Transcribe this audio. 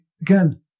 Again